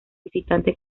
visitante